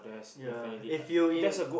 ya if you in